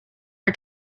our